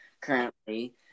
currently